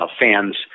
fans